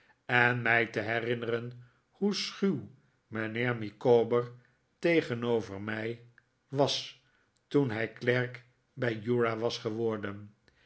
en mij te herinneren hoe schuw mijnheer micawber tegenover mij was toen hij klerk bij uriah was geworden